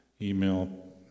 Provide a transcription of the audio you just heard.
email